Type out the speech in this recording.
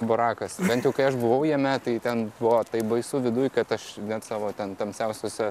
barakas bent jau kai aš buvau jame tai ten buvo taip baisu viduj kad aš net savo ten tamsiausiuose